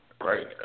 right